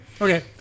Okay